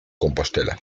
compostela